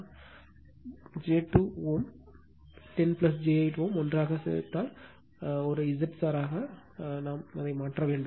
இந்த 5 j 2 Ω 10 j 8 ஒன்றாகச் சேர்ப்பது ஒரு Z ஆக மாற்ற வேண்டும்